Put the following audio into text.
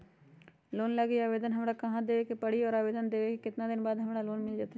Loan लागी आवेदन हमरा कहां देवे के पड़ी और आवेदन देवे के केतना दिन बाद हमरा लोन मिल जतई?